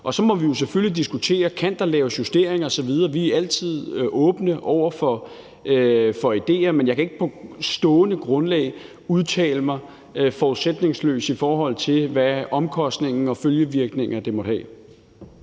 Og så må vi jo selvfølgelig diskutere, om der kan laves justeringer osv. Vi er altid åbne over for idéer, men jeg kan ikke på stående fod udtale mig forudsætningsløst i forhold til, hvad for omkostninger og følgevirkninger det måtte have.